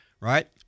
right